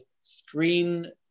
screen